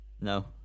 no